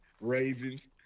Ravens